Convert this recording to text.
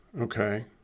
Okay